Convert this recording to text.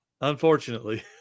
Unfortunately